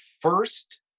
first